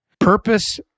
Purpose